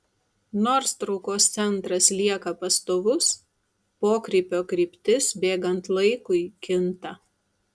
nors traukos centras lieka pastovus pokrypio kryptis bėgant laikui kinta